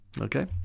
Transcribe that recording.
Okay